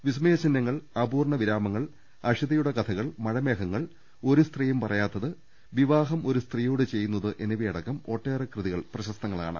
വിസ്മയ ചിഹ്നങ്ങൾ അപൂർണ വിരാമങ്ങൾ അഷിത യുടെ കഥകൾ മഴമേഘങ്ങൾ ഒരു സ്ത്രീയും പറയാത്തത് വിവാഹം ഒരു സ്ത്രീയോട്ട് ചെയ്യുന്നത് എന്നിവയടക്കം ഒട്ടേറെ കൃതികൾ പ്രശസ്തങ്ങളാണ്